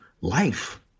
life